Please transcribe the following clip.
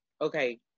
okay